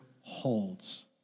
holds